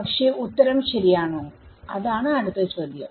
പക്ഷെ ഉത്തരം ശരിയാണോ അതാണ് അടുത്ത ചോദ്യം